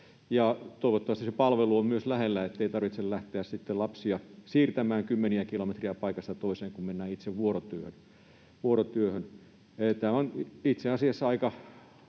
Toivottavasti se palvelu on myös lähellä, ettei tarvitse lähteä lapsia siirtämään kymmeniä kilometrejä paikasta toiseen, kun mennään itse vuorotyöhön. Juuri tämä on itse asiassa aika